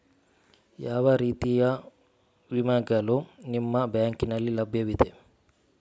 ಯಾವ ಎಲ್ಲ ರೀತಿಯ ವಿಮೆಗಳು ನಿಮ್ಮ ಬ್ಯಾಂಕಿನಲ್ಲಿ ಲಭ್ಯವಿದೆ?